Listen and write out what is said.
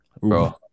Bro